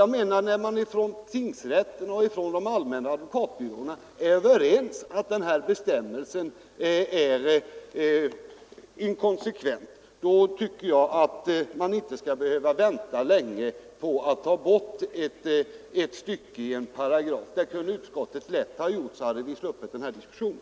Mot bakgrunden av att tingsrätterna och de allmänna advokatbyråerna är överens om att denna bestämmelse är inkonsekvent, tycker jag, att man inte skall behöva vänta länge på att ett stycke i en paragraf avskaffas. Det kunde utskottet lätt ha föreslagit. I så fall hade vi sluppit föra denna diskussion.